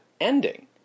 ending